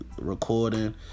recording